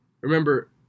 remember